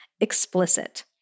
explicit